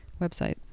website